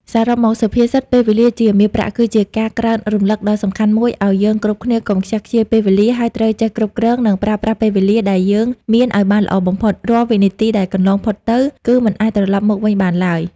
សរុបមកសុភាសិត ពេលវេលាជាមាសប្រាក់ គឺជាការក្រើនរំឭកដ៏សំខាន់មួយឲ្យយើងគ្រប់គ្នាកុំខ្ជះខ្ជាយពេលវេលា ហើយត្រូវចេះគ្រប់គ្រង និងប្រើប្រាស់ពេលវេលាដែលយើងមានឲ្យបានល្អបំផុត រាល់វិនាទីដែលកន្លងផុតទៅ គឺមិនអាចត្រឡប់មកវិញបានឡើយ ។